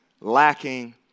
lacking